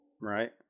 right